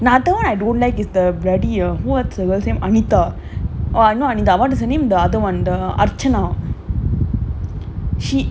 I don't like is the ready or whatever anita oh not I mean what is the other one archana she